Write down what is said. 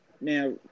Now